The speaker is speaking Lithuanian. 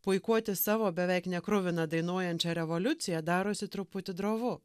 puikuotis savo beveik nekruvina dainuojančia revoliucija darosi truputį drovu